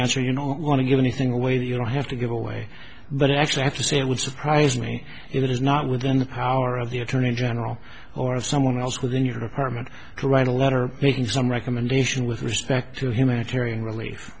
answer you know i want to give anything away that you don't have to give away but i actually have to say it would surprise me if it is not within the power of the attorney general or of someone else within your department to write a letter making some recommendation with respect to humanitarian relief